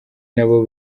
nabo